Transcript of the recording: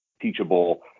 teachable